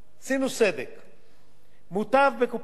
מוטב בקופת גמל של עמית שנפטר, אותו הדבר.